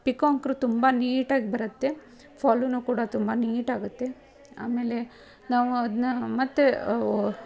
pico ಅಂತು ತುಂಬ ನೀಟಾಗಿ ಬರುತ್ತೆ ಫಾಲು ಕೂಡ ತುಂಬ ನೀಟಾಗುತ್ತೆ ಆಮೇಲೆ ನಾವು ಅದನ್ನ ಮತ್ತೆ